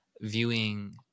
viewing